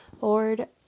Lord